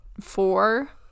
four